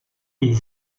les